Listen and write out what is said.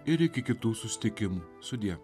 ir iki kitų susitikimų sudie